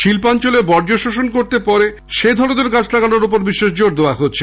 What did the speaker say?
শিল্পাঞ্চলে বর্জ্য শোষণ করতে পারে সেই ধরনের গাছ লাগানোর ওপর বিশেষ জোর দেওয়া হচ্ছে